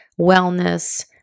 wellness